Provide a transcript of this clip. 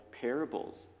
parables